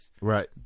right